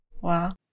Wow